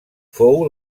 fou